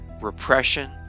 repression